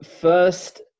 first